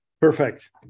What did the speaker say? Perfect